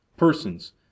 persons